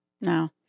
No